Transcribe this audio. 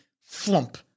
flump